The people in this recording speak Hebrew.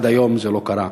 עד היום זה לא קרה.